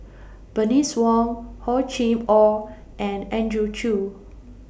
Bernice Wong Hor Chim Or and Andrew Chew